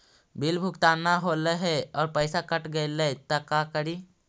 Bill भुगतान न हौले हे और पैसा कट गेलै त का करि?